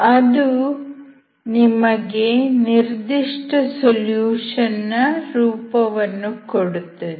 ಅದು ನಿಮಗೆ ನಿರ್ದಿಷ್ಟ ಸೊಲ್ಯೂಷನ್ ನ ರೂಪವನ್ನು ಕೊಡುತ್ತದೆ